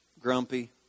Grumpy